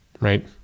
Right